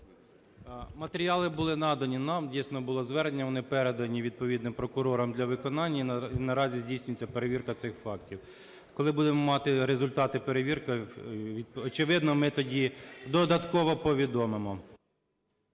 Матеріали були надані нам. Дійсно, були звернення, вони передані відповідним прокурорам для виконання, і наразі здійснюється перевірка цих фактів. Коли будемо мати результати перевірки, очевидно, ми тоді додатково повідомимо.